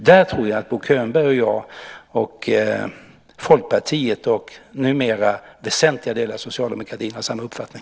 Där tror jag att Bo Könberg och jag och Folkpartiet och numera väsentliga delar av socialdemokratin har samma uppfattning.